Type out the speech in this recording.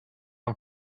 нам